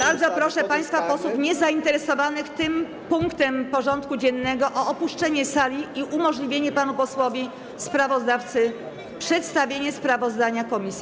Bardzo proszę państwa posłów niezainteresowanych tym punktem porządku dziennego o opuszczenie sali i umożliwienie panu posłowi sprawozdawcy przedstawienia sprawozdania komisji.